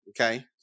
Okay